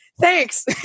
thanks